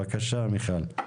בבקשה, מיכל.